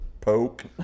Poke